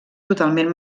totalment